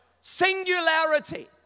Singularity